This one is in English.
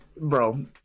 Bro